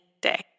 day